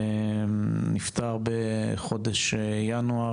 אלכסנדר נפטר בחודש ינואר